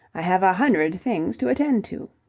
i have a hundred things to attend to.